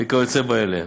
וכיוצא באלה.